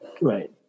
right